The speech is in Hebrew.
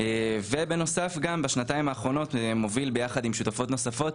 ובנוסף בשנתיים האחרונות אני מוביל עם שותפות נוספות